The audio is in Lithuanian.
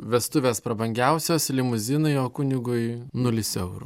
vestuvės prabangiausios limuzinai o kunigui nulis eurų